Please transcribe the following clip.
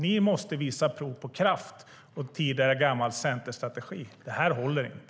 Ni måste visa prov på kraft och tidigare gammal centerstrategi. Det här håller inte.